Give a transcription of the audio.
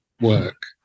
work